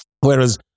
whereas